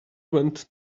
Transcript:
went